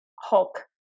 hulk